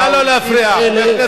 מפני האויבים האלה היא החובה,